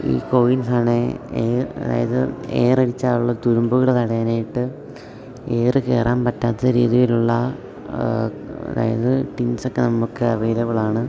ഈ കോയിൻസാണെങ്കിൽ അതായത് എയറടിച്ചാൽ ഉള്ള തുരുമ്പുകൾ തടയാനായിട്ട് എയറ് കയറാൻ പറ്റാത്ത രീതിയിലുള്ള അതായത് ടിൻസൊക്ക നമ്മൾക്ക് അവൈലബിളാണ്